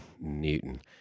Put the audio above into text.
Newton